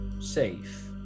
safe